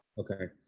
okay.